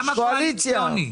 למה קואליציוני?